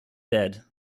dead